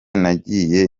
nagiye